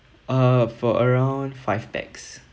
uh for around five pax